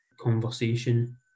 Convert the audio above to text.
conversation